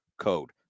code